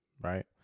Right